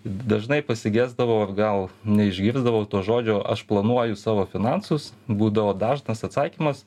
dažnai pasigesdavau ar gal neišgirsdavau to žodžio aš planuoju savo finansus būdavo dažnas atsakymas